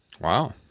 Wow